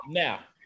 now